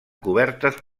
cobertes